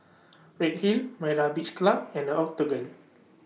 Redhill Myra's Beach Club and The Octagon